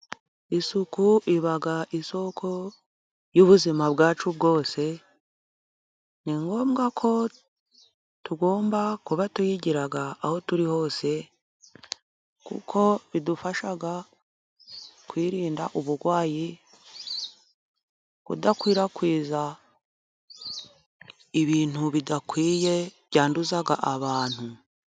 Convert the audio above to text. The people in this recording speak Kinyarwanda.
Isuku iba isoko y'ubuzima bwacu bwose, ni ngombwa ko tugomba kuba tuyigira aho turi hose, kuko bidufasha kwirinda uburwayi, kudakwirakwiza ibintu bidakwiye byanduza abantu.